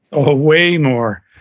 a way more.